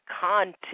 content